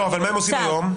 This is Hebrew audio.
מה הם עושים היום?